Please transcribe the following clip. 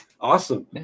Awesome